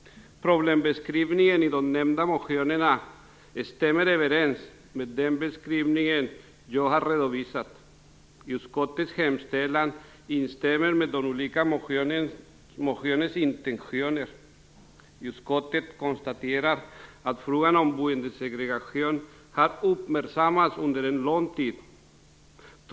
Problembeskrivningen i de nämnda motionerna stämmer överens med den beskrivning jag har redovisat. Utskottet instämmer i sin hemställan med de olika motionernas intentioner. Utskottet konstaterar att frågan om boendesegregation har uppmärksammats under lång tid.